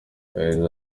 yagize